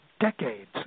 decades